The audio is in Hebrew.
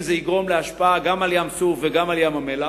ושאלה אם זה יגרום להשפעה גם על ים-סוף וגם על ים-המלח,